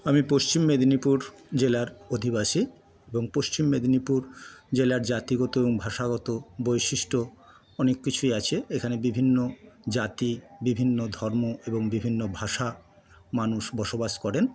আমি পশ্চিম মেদিনীপুর জেলার অধিবাসী এবং পশ্চিম মেদিনীপুর জেলার জাতিগত ভাষাগত বৈশিষ্ট্য অনেক কিছুই আছে এখানে বিভিন্ন জাতি বিভিন্ন ধর্ম এবং বিভিন্ন ভাষা মানুষ বসবাস করে